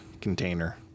container